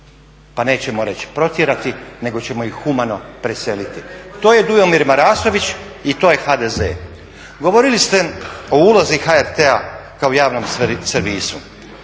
pa nećemo reći protjerati, nego ćemo ih humano preseliti. To je Dujomir Marasović i to je HDZ. Govorili ste o ulozi HRT-a kao javnom servisu.